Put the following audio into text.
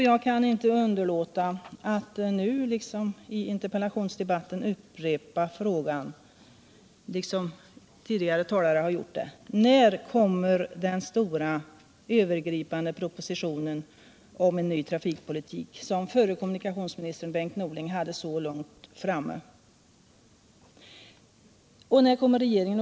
Jag kan inte underlåta att nu, liksom i interpellationsdebatten, upprepa den fråga som också tidigare talare här i dag har ställt: När kommer propositionen om en ny trafikpolitik, som förre kommunikationsministern Bengt Norling hade så långt framme?